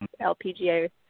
LPGA